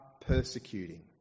persecuting